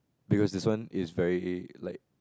because this one is very like